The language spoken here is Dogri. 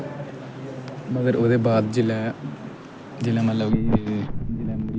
मगर उ'दे बाद जिसलै जिह्लै मतलब कि